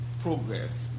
progress